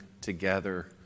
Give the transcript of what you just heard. together